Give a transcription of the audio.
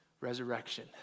resurrection